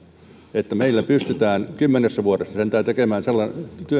että meillä pystytään kymmenessä vuodessa tekemään sellainen